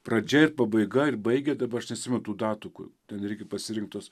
pradžia ir pabaiga ir baigė dabar aš neatsimenu tų datų kur ten irgi pasirinktos